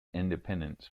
independence